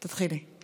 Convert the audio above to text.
תתחילי.